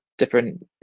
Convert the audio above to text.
different